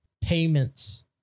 payments